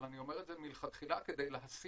אבל אני אומר את זה מלכתחילה כדי להסיר